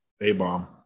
A-bomb